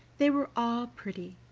they were all pretty,